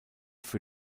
für